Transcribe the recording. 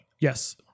Yes